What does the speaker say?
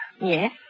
Yes